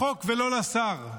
לחוק ולא לשר,